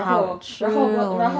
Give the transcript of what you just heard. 好吃哦